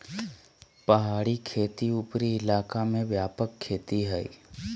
पहाड़ी खेती उपरी इलाका में व्यापक खेती हइ